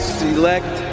select